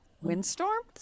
Windstorm